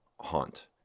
haunt